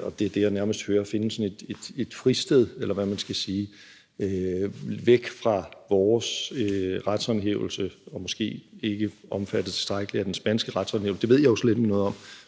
og det er det, jeg nærmest hører, kan finde sådan et fristed, eller hvad man skal sige, væk fra vores retshåndhævelse og måske ikke er omfattet tilstrækkeligt af den spanske retshåndhævelse – det ved jeg jo slet ikke noget om